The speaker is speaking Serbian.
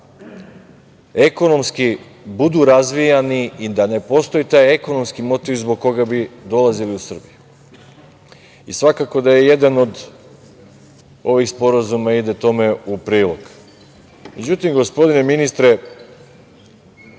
ekonomski budu razvijani i da ekonomski ne postoji taj motiv zbog koga bi dolazili u Srbiju. Svakako da jedan od ovih sporazuma ide tome u prilog.Međutim, gospodine ministre,